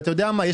אתה יודע מה?